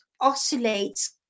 oscillates